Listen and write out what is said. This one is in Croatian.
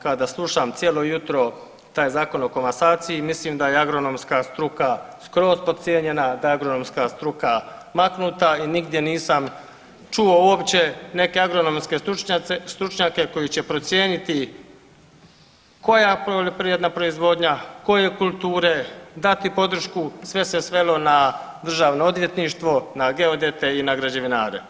Kada slušam cijelo jutro taj Zakon o komasaciji mislim da je agronomska struka skroz podcijenjena, da je agronomska struka maknuta i nigdje nisam čuo uopće neke agronomske stručnjake koji će procijeniti koja poljoprivredna proizvodnja, koje kulture, dati podršku, sve se svelo na DORH, na geodete i na građevinare.